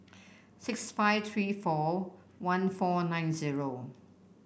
six five three four one four nine zero